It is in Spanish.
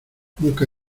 nunca